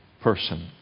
person